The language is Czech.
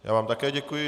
Já vám také děkuji.